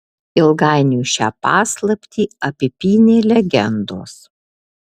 ilgainiui šią paslaptį apipynė legendos